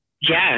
Yes